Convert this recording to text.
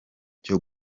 cyo